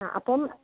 ആ അപ്പം